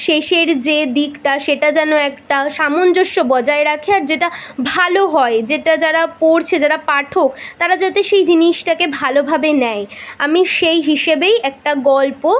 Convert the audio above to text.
শেষের যে দিকটা সেটা যেন একটা সামঞ্জস্য বজায় রাখে আর যেটা ভালো হয় যেটা যারা পড়ছে যারা পাঠক তারা যাতে সেই জিনিসটাকে ভালোভাবে নেয় আমি সেই হিসেবেই একটা গল্প